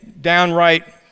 downright